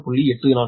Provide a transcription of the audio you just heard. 46 j1